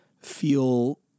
feel